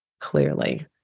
clearly